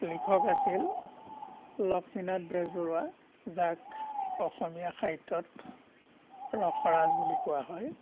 লিখক আছিল লক্ষ্মীনাথ বেজবৰুৱা যাক অসমীয়া সাহিত্যত ৰসৰাজ বুলি কোৱা হয়